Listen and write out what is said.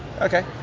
Okay